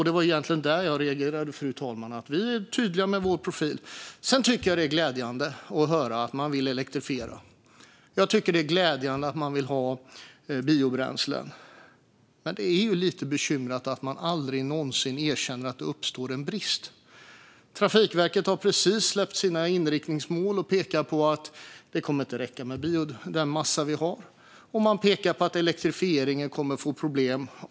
Det var egentligen det jag reagerade på, fru talman. Vi är tydliga med vår profil. Jag tycker att det är glädjande att höra att man vill elektrifiera. Det är glädjande att man vill ha biobränslen. Men det är lite bekymmersamt att man aldrig någonsin erkänner att det uppstår en brist. Trafikverket har precis släppt sina inriktningsmål och pekar på att den biomassa vi har inte kommer att räcka och på att det kommer att bli problem med elektrifieringen.